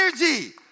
energy